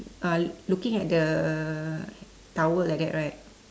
uh looking at the towel like that right